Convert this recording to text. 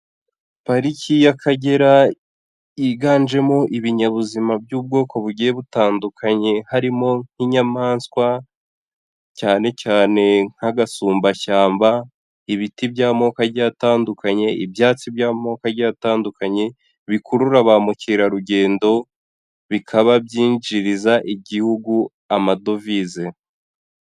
Pariki y'Akagera yiganjemo ibinyabuzima by'ubwoko bugiye butandukanye, harimo nk'inyamaswa cyane cyane nk'agasumbashyamba, ibiti by'amoko by'amoko agiye atandukanye, ibyatsi by'amoko agiye atandukanye bikurura ba mukerarugendo, bikaba byinjiriza Igihugu amadovize.